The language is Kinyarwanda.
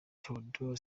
theodore